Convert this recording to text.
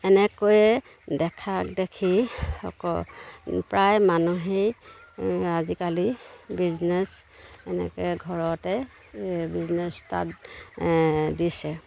এনেকৈয়ে দেখাক দেখি অকল প্ৰায় মানুহেই আজিকালি বিজনেছ এনেকৈ ঘৰতে বিজনেছ ষ্টাৰ্ট দিছে